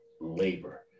labor